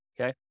Okay